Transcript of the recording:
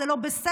זה לא בסדר,